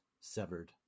severed